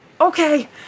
Okay